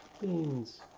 beans